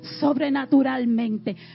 sobrenaturalmente